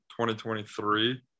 2023